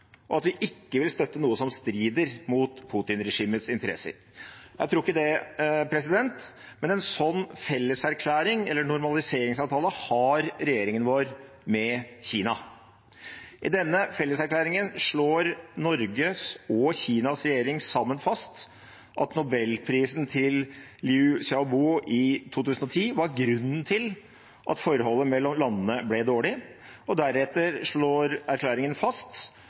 og at vi ikke vil støtte noe som strider mot Putin-regimets interesser? Jeg tror ikke det, men en slik felleserklæring, eller normaliseringsavtale, har regjeringen vår med Kina. I denne felleserklæringen slår Norges og Kinas regjering sammen fast at Nobelprisen til Liu Xiaobo i 2010 var grunnen til at forholdet mellom landene ble dårlig, og deretter slår erklæringen fast